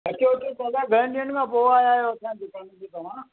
अचो अचो दादा घणनि ॾींहंनि खां पोइ आया आहियो असांजे दुकान थे तव्हां